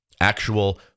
actual